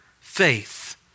faith